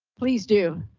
please do